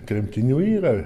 tremtinių yra